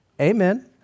amen